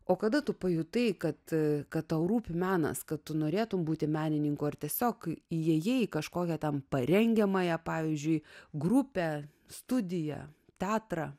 o kada tu pajutai kad kad tau rūpi menas kad tu norėtumei būti menininku ar tiesiog įėjai į kažkokią tam parengiamąją pavyzdžiui grupę studiją teatrą